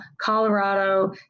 Colorado